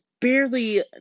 barely